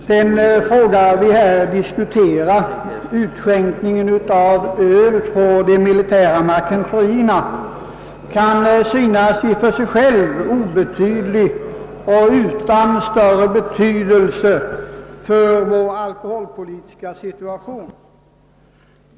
Herr talman! Den fråga vi här diskuterar — utskänkningen av öl på de militära marketenterierna — kan i och för sig synas vara utan större betydelse för vår alkoholpolitiska situation.